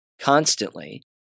constantly